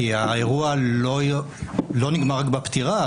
כי האירוע לא נגמר רק בפטירה.